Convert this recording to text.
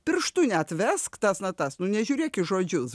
pirštu net vesk tas natas nu nežiūrėk į žodžius